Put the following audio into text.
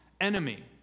enemy